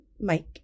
Mike